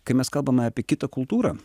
kai mes kalbame apie kitą kultūrą